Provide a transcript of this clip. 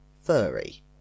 furry